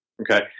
Okay